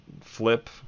flip